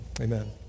Amen